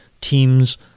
Teams